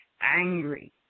angry